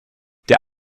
der